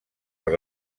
per